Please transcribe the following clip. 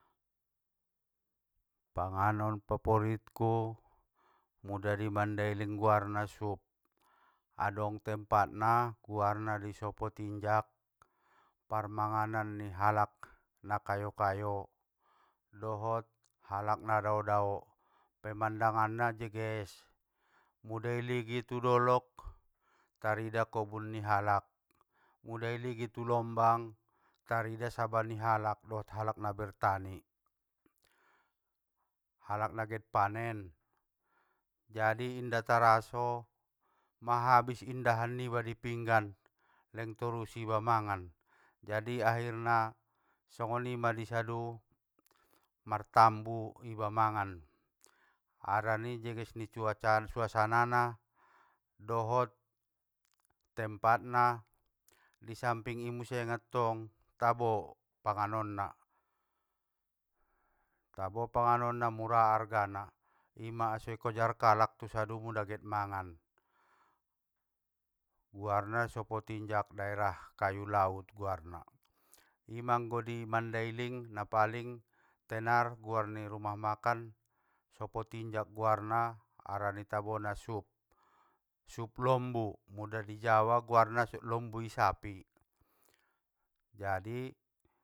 Pangganon paporitku, muda di mandailing goaarna sup, adong tempatna guarna sopo tinjak, parmanganan ni hala na kayo kayo, dohot alak nadao dao, pemandanganna jeges muda iligi tu dolok, tarida kobun nihalak, muda iligin tulombang, tarida saba nihalak dot halak na bertani, halak naget panen, jadi inda taraso mangabis indahan niba dipinggan, lengtorus iba mangan, jadi akhirna, songoni ma isadu martambu iba mangan, harani jeges ni cuasan- suasana na, dohot tempatna, disampingi museng attong, tabo! Panaganonna. Tabo panganonna, mura argana ima soikojar kalak tusadun mula get mangan, guarna sopotinjak daerah kayulaut guarna, ima anggo i mandailing, napaling tenar guarni rumah makan, sopotinjak guarna harani tabona sup, sup lombu muda i jawa guarna sup lombui, sapi!, jadi.